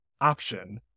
option